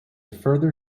further